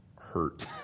hurt